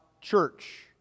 church